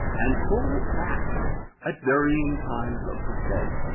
and pull it back at varying times of the day.